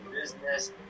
business